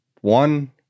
one